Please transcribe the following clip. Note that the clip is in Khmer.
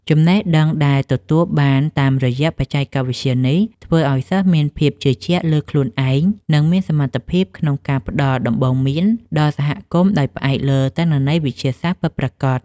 ចំណេះដឹងដែលទទួលបានតាមរយៈបច្ចេកវិទ្យានេះ ធ្វើឱ្យសិស្សមានភាពជឿជាក់លើខ្លួនឯង និងមានសមត្ថភាពក្នុងការផ្ដល់ដំបូន្មានដល់សហគមន៍ដោយផ្អែកលើទិន្នន័យវិទ្យាសាស្ត្រពិតប្រាកដ។